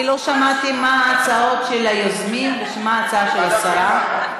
אני לא שמעתי מה ההצעות של היוזמים ומה ההצעה של השרה.